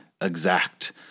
exact